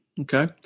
Okay